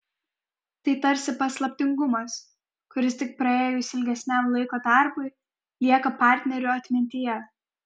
tai tarsi paslaptingumas kuris tik praėjus ilgesniam laiko tarpui lieka partnerių atmintyje